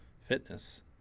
fitness